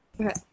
Okay